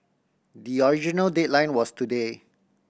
the original deadline was today